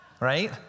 Right